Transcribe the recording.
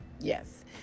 yes